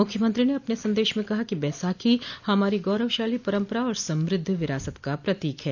मुख्यमंत्री ने अपने संदेश में कहा कि बैसाखी हमारी गौरवशाली परम्परा और समृद्ध विरासत का प्रतीक है